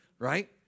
right